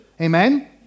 Amen